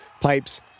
pipes